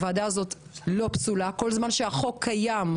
הוועדה הזאת לא פסולה כל זמן שהחוק קיים.